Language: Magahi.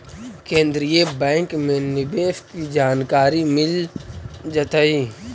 केन्द्रीय बैंक में निवेश की जानकारी मिल जतई